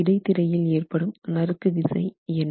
இடைத்திரையில் ஏற்படும் நறுக்கு விசை என்ன